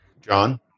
John